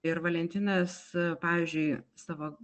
ir valentinas pavyzdžiui savo